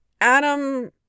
Adam